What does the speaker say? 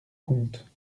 comte